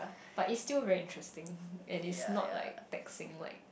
but it's still very interesting and it's not like texting like